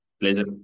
Pleasure